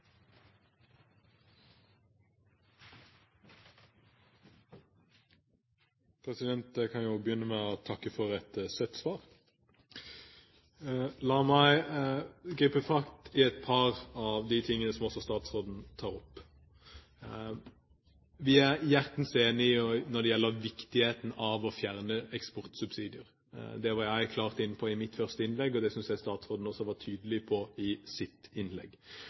butikkene. Jeg kan jo begynne med å takke for et «søtt» svar. La meg gripe fatt i et par av de tingene som også statsråden tar opp. Vi er hjertens enige når det gjelder viktigheten av å fjerne eksportsubsidier. Det var jeg klart inne på i mitt første innlegg, og det synes jeg også statsråden var tydelig på i sitt innlegg.